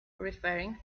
referring